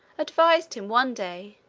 advised him, one day,